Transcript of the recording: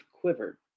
quivered